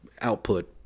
output